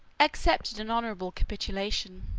accepted an honorable capitulation,